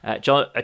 John